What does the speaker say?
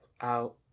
out